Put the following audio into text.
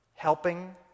helping